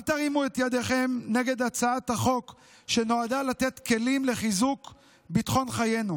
אל תרימו את ידכם נגד הצעת החוק שנועדה לתת כלים לחיזוק ביטחון חיינו.